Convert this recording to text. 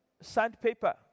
sandpaper